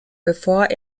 bevor